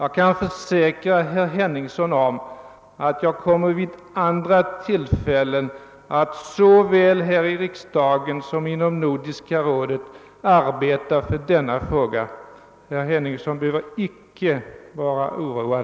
Jag kan försäkra herr Henningsson att jag vid andra tillfällen såväl här i riksdagen som inom Nordiska rådet kommer att föra denna fråga vidare. Herr Henningsson behöver icke vara oroad.